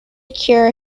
cure